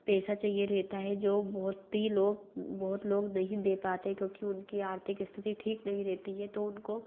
पैसा चाहिए रहता है जो बहुत ही लोग बहुत लोग नहीं दे पाते क्योंकि उनकी आर्थिक स्तिति ठीक नही रहती है तो उनको